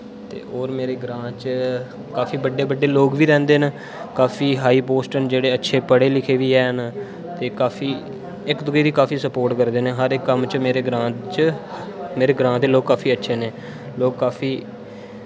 ते होर मेरे ग्रां च काफी बड्डे बड्डे लोक बी रैह्ंदे ने काफी हाई पोस्ट न जेह्के अच्छे पढ़े लिखे बी हैन ते काफी इक दूऐ दी काफी सपोर्ट करदे ने हर इक कम्म च मेरे ग्रां च मेरे कन्नै ग्रां दे लोक काफी अच्छे ने लोक काफी